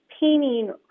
painting